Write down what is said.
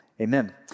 amen